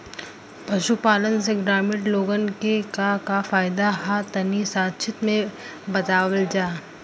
पशुपालन से ग्रामीण लोगन के का का फायदा ह तनि संक्षिप्त में बतावल जा?